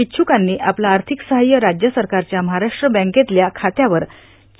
इच्छुकांनी आपलं आर्थिक सहाय्य राज्य सरकारच्या महाराष्ट्र बँकेतल्या खात्यावर